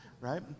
right